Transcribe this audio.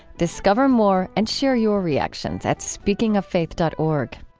discover more and share your reactions at speakingoffaith dot org.